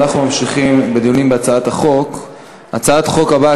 הצעת החוק הבאה,